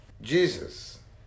Jesus